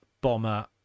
Bomber